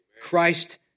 Christ